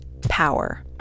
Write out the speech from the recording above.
power